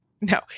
No